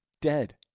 Dead